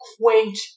quaint